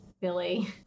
Billy